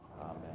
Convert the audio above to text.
Amen